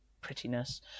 prettiness